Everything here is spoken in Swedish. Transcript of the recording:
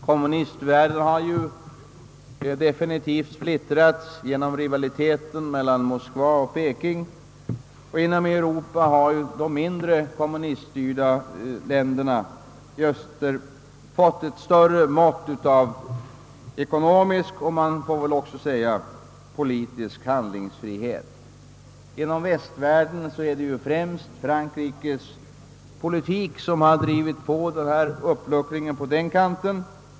Kommunistvärlden har definitivt splittrats genom rivaliteten mellan Moskva och Peking, och inom Europa har de mindre, kommuniststyrda staterna fått ett större mått av ekonomisk och man får väl också säga politisk handlingsfrihet. Inom västvärlden är det främst Frankrikes politik som drivit på uppluckringstendenserna.